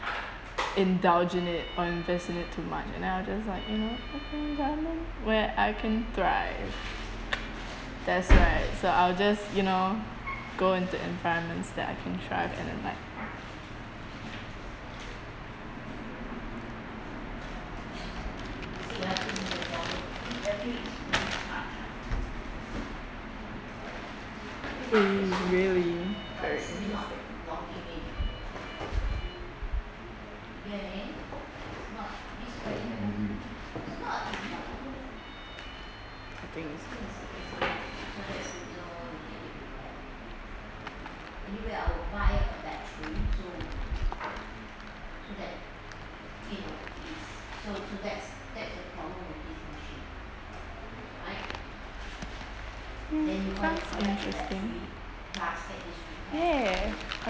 indulge in it or invest in it too much and I will just like you know go into environments where I can thrive that's right so I will just you know go into environments that I can thrive and then like oo really hmm that's interesting yeah